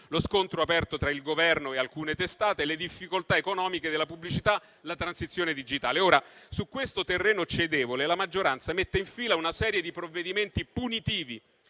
lo scontro aperto tra il Governo e alcune testate, le difficoltà economiche della pubblicità e la transizione digitale. Ora, su questo terreno cedevole la maggioranza mette in fila una serie di provvedimenti punitivi